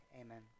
amen